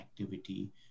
activity